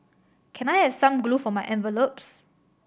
can I have some glue for my envelopes